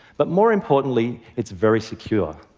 but more importantly, it's very secure.